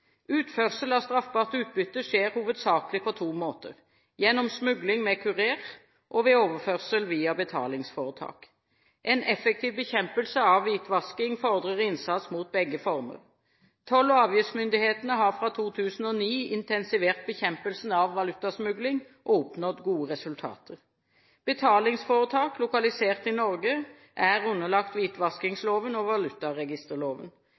Utførsel av straffbart utbytte skjer hovedsakelig på to måter: gjennom smugling med kurer og ved overførsel via betalingsforetak. En effektiv bekjempelse av hvitvasking fordrer innsats mot begge former. Toll- og avgiftsmyndighetene har fra 2009 intensivert bekjempelsen av valutasmugling og har oppnådd gode resultater. Betalingsforetak lokalisert i Norge er underlagt hvitvaskingsloven og valutaregisterloven.